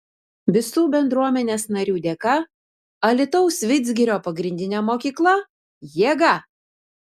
visų bendruomenės narių dėka alytaus vidzgirio pagrindinė mokykla jėga